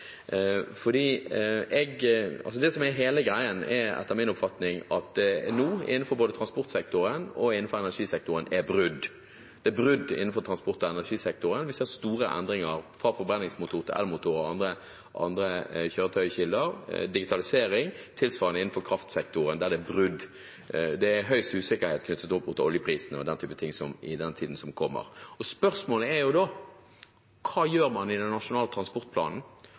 jeg lar det ligge. Det som er hele greien, etter min oppfatning, er at det nå innenfor både transportsektoren og energisektoren er brudd. Det er brudd innenfor transport- og energisektoren. Vi ser store endringer, fra forbrenningsmotor til elmotor og andre kjøretøykilder, og digitalisering, og tilsvarende innen kraftsektoren, der det er brudd. Det er høy usikkerhet knyttet til oljeprisen og den typen ting i tiden som kommer. Spørsmålet er da: Hva gjør man i den nasjonale transportplanen?